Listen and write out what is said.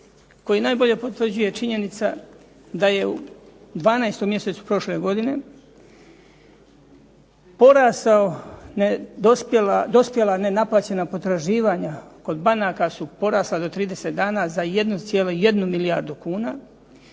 koji najbolje potvrđuje činjenica da je u 12. mjesecu prošle godine dospjela nenaplaćena potraživanja kod banaka su porasla do 30 dana za 1,1 milijardu kuna,